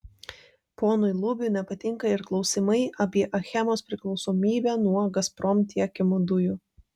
ponui lubiui nepatinka ir klausimai apie achemos priklausomybę nuo gazprom tiekiamų dujų